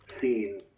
seen